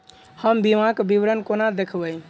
हम बीमाक विवरण कोना देखबै?